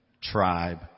tribe